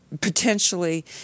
potentially